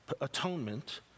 Atonement